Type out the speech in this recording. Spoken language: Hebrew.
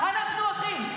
אנחנו אחים.